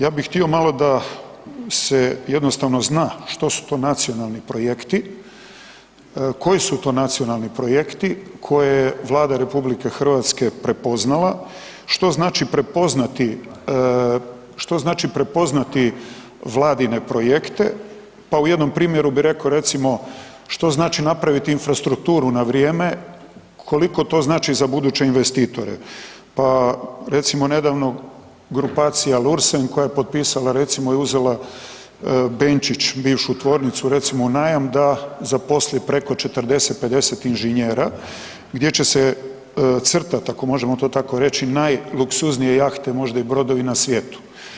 Ja bih htio malo da se jednostavno zna što su to nacionalni projekti, koji su to nacionalni projekti, koje je Vlada RH prepoznala, što znači prepoznati Vladine projekte, pa u jednom primjeru bih rekao, recimo, što znači napraviti infrastrukturu na vrijeme, koliko to znači za buduće investitore, pa recimo, nedavno, grupacija Lürssen koja je potpisala recimo i uzela Benčić, bivšu tvornicu, recimo u najam, da zaposli preko 40, 50 inženjera gdje će se crtati, ako možemo to tako reći, najluksuznije jahte, možda i brodovi, na svijetu.